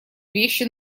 вещи